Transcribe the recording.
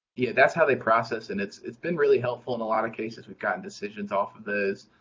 yeah that's how they process and it's it's been really helpful in a lot of cases, we've gotten decisions off of those